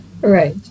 Right